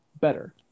better